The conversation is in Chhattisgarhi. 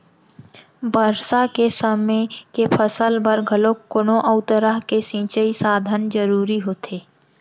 बरसा के समे के फसल बर घलोक कोनो अउ तरह के सिंचई साधन जरूरी होथे